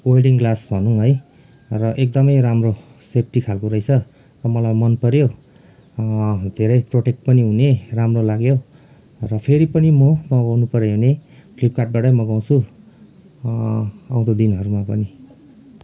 welding glass भनौँ है र एकदमै राम्रो सेफ्टी खालको रहेछ र मलाई मनपर्यो धेरै प्रोटेक्ट पनि हुने राम्रो लाग्यो र फेरि पनि म मगाउनु पर्यो भने फ्लिपकार्डबाटै मगाउँछु आउँदो दिनहरूमा पनि